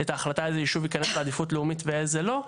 ההחלטה איזה יישוב ייכנס לעדיפות לאומית ואיזה לא,